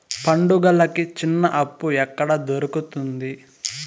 పండుగలకి చిన్న అప్పు ఎక్కడ దొరుకుతుంది